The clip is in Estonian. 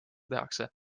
tehakse